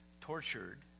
tortured